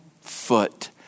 foot